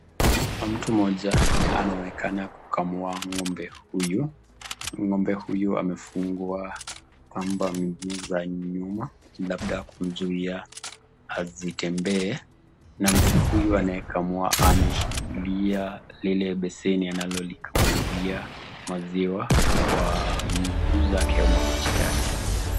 Mtu mmoja anaonekana kukamua ng'ombe huyu. Ng'ombe huyu amefungwa kamba miguu za nyuma labda kumzuia asitembee na mtu huyu anayekamua ameshikilia lile beseni analolikamulia maziwa kwa miguu zake au mapaja yake.